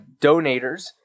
donators